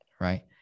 Right